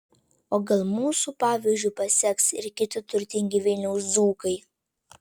o gal mūsų pavyzdžiu paseks ir kiti turtingi vilniaus dzūkai